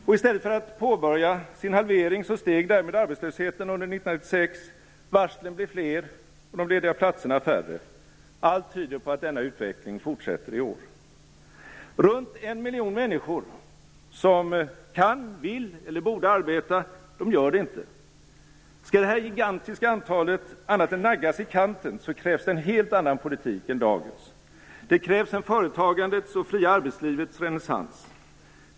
Och i stället för att påbörja sin halvering steg därmed arbetslösheten under 1996, varslen blev fler och de lediga platserna färre. Allt tyder på att denna utveckling fortsätter i år. Runt en miljon människor som kan, vill eller borde arbeta gör det inte. Skall detta gigantiska antal annat än naggas i kanten krävs en helt annan politik än dagens. Det krävs en företagandets och det fria arbetslivets renässans.